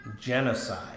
genocide